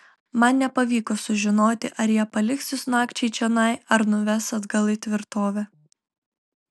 man nepavyko sužinoti ar jie paliks jus nakčiai čionai ar nuves atgal į tvirtovę